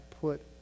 put